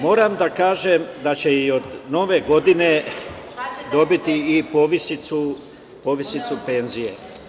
Moram da kažem da će i od Nove godine dobiti povišicu penzije.